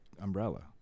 umbrella